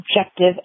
objective